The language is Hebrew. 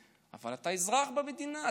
אתה אזרח במדינה,